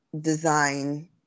design